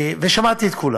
ושמעתי את כולם,